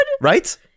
right